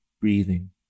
breathing